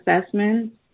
assessments